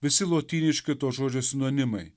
visi lotyniški to žodžio sinonimai